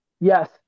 Yes